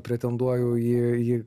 pretenduoju į į